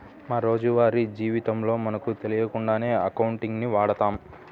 మా రోజువారీ జీవితంలో మనకు తెలియకుండానే అకౌంటింగ్ ని వాడతాం